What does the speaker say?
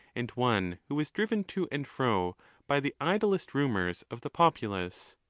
and one who was driven to and fro by the idlest rumours of the populace.